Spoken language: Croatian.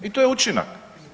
I to je učinak.